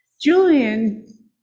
Julian